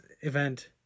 event